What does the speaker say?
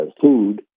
food